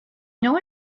know